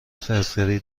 فرفری